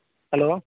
hello